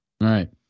Right